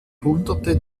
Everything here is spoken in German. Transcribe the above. hunderte